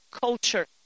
culture